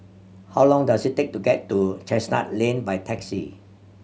how long does it take to get to Chestnut Lane by taxi